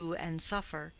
do, and suffer,